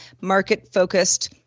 market-focused